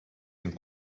ihm